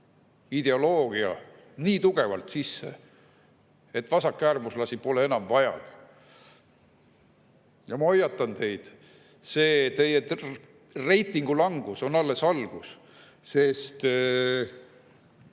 ideoloogia nii tugevalt sisse, et vasakäärmuslasi pole enam vaja. Ma hoiatan teid, et teie reitingu langus on alles algus, sest